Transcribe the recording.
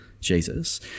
Jesus